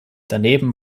daneben